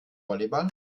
volleyball